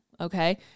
Okay